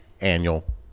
Annual